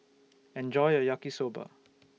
Enjoy your Yaki Soba